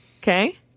Okay